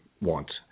want